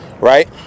right